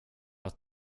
att